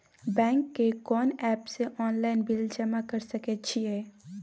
Bank के कोन app से ऑनलाइन बिल जमा कर सके छिए?